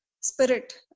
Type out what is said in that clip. spirit